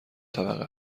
طبقه